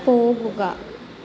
പോകുക